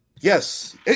Yes